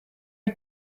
are